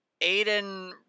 Aiden